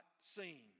seen